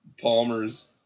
Palmer's